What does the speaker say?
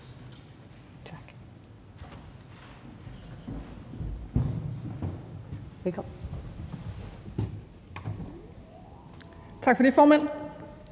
Tak